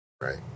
right